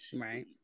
right